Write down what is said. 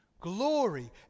glory